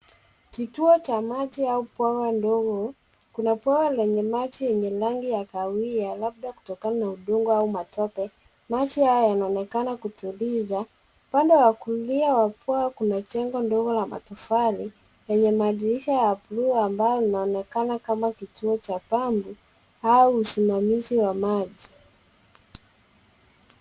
Kituo cha maji au bwawa ndogo, kuna bwawa lenye maji yenye rangi ya kahawia labda kutokana na udongo au matope, maji haya yanaonekana kutuliza. Upande wa kulia wa bwawa, kuna jengo ndogo la matofali, lenye madirisha ya blue ambayo yanaonekana kama kituo cha pampu, au usimamizi wa maji.